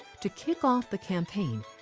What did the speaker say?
to kick off the campaign,